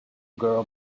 girl